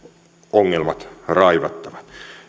ongelmat raivattava